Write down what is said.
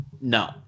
no